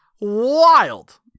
wild